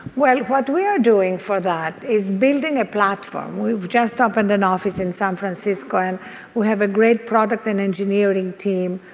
well, what we are doing for that is building a platform. we've just opened an office in san francisco and we have a great product and engineering team.